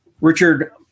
Richard